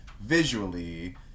visually